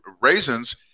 raisins